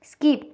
skip